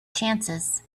chances